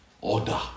order